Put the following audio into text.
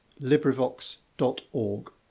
LibriVox.org